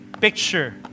picture